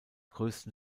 größten